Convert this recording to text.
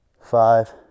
five